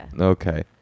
Okay